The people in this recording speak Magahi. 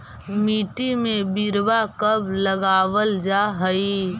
मिट्टी में बिरवा कब लगावल जा हई?